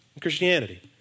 Christianity